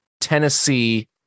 Tennessee